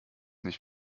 nicht